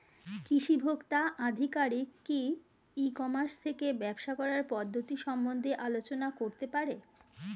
কৃষি ভোক্তা আধিকারিক কি ই কর্মাস থেকে ব্যবসা করার পদ্ধতি সম্বন্ধে আলোচনা করতে পারে?